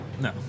No